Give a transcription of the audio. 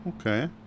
okay